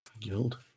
guild